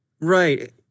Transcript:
Right